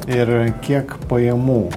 ir kiek pajamų